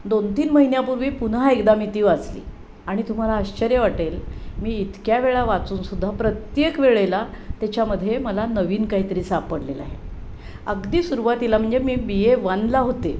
दोन तीन महिन्यापूर्वी पुन्हा एकदा मी ती वाचली आणि तुम्हाला आश्चर्य वाटेल मी इतक्या वेळा वाचूनसुद्धा प्रत्येक वेळेला त्याच्यामध्ये मला नवीन काही तरी सापडलेलं आहे अगदी सुरवातीला म्हणजे मी बी ए वनला होते